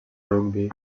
rugbi